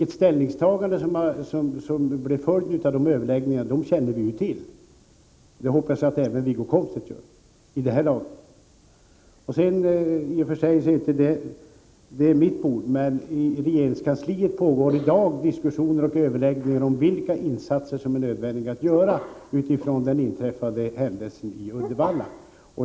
Det ställningstagande som blev en följd av dessa överläggningar känner vi till vid det här laget — och det hoppas jag att även Wiggo Komstedt gör. Sedan vill jag nämna, även om det i och för sig inte är ”mitt bord”, att det i dag i regeringskansliet pågår diskussioner och överläggningar om vilka insatser som är nödvändiga att göra utifrån den inträffade händelsen i Uddevalla.